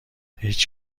هیچ